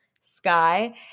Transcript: sky